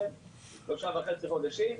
שלושה וחצי חודשים,